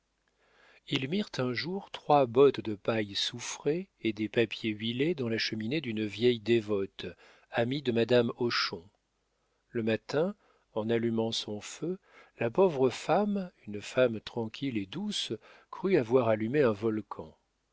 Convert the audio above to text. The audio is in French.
ils mirent un jour trois bottes de paille soufrées et des papiers huilés dans la cheminée d'une vieille dévote amie de madame hochon le matin en allumant son feu la pauvre femme une femme tranquille et douce crut avoir allumé un volcan